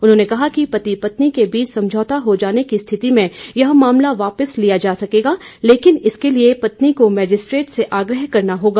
उन्होंने कहा कि पति पत्नी के बीच समझौता हो जाने की स्थिति में यह मामला वापस लिया जा सकेगा लेकिन इसके लिए पत्नी को मजिस्ट्रेट से आग्रह करना होगा